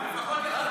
מה זה תיאלצי?